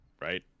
right